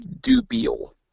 Dubiel